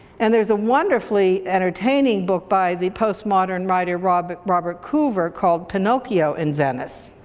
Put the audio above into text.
and there's a wonderfully entertaining book by the postmodern writer robert robert coover called pinocchio in venice.